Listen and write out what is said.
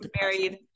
married